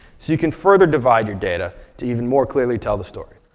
you can further divide your data to even more clearly tell the story.